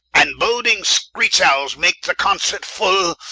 and boading screech-owles, make the consort full.